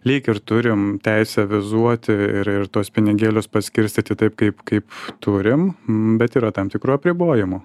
lyg ir turim teisę vizuoti ir ir tuos pinigėlius paskirstyti taip kaip kaip turim bet yra tam tikrų apribojimų